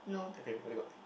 okay very good